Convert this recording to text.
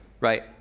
right